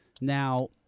Now